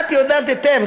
את יודעת היטב,